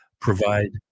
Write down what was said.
provide